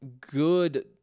good